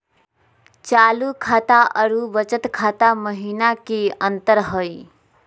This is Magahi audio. चालू खाता अरू बचत खाता महिना की अंतर हई?